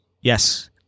Yes